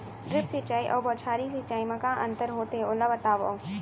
Drip सिंचाई अऊ बौछारी सिंचाई मा का अंतर होथे, ओला बतावव?